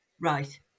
right